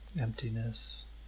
emptiness